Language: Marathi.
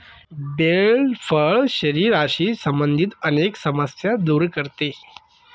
बेल फळ शरीराशी संबंधित अनेक समस्या दूर करते